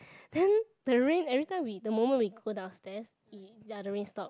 then the rain every time we the moment we go downstairs eh ya the rain stop